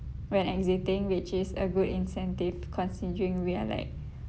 when exiting which is a good incentive considering we are like